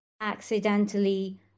accidentally